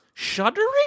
Shuddering